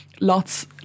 lots